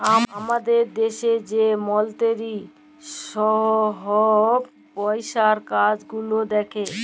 আমাদের দ্যাশে যে মলতিরি ছহব পইসার কাজ গুলাল দ্যাখে